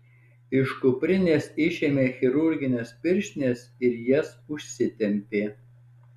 iš kuprinės išėmė chirurgines pirštines ir jas užsitempė